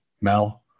Mel